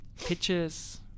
Pictures